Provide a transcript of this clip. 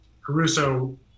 Caruso